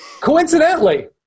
Coincidentally